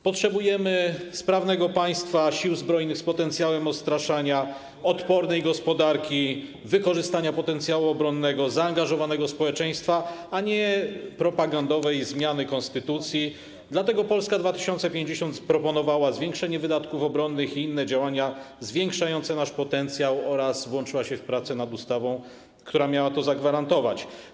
Potrzebujemy sprawnego państwa, Sił Zbrojnych z potencjałem odstraszania, odpornej gospodarki, wykorzystania potencjału obronnego, zaangażowanego społeczeństwa, a nie propagandowej zmiany konstytucji, dlatego Polska 2050 proponowała zwiększenie wydatków obronnych i inne działania zwiększające nasz potencjał oraz włączyła się w prace nad ustawą, która miała to zagwarantować.